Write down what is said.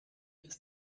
ist